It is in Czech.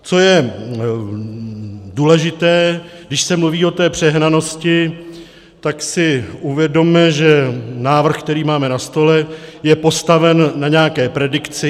Co je důležité, když se mluví o té přehnanosti, tak si uvědomme, že návrh, který máme na stole, je postaven na nějaké predikci.